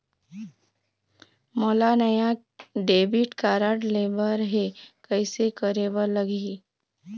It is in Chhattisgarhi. मोला नावा डेबिट कारड लेबर हे, कइसे करे बर लगही?